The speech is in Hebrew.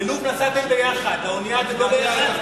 ללוב נסעתם יחד, על האונייה אתם לא יחד?